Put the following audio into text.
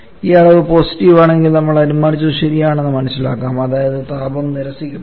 ഈ അളവ് പോസിറ്റീവ് ആണെങ്കിൽ നമ്മൾ അനുമാനിച്ചത് ശരിയാണെന്ന് മനസ്സിലാക്കാം അതായത് താപം നിരസിക്കപ്പെടുന്നു